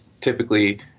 typically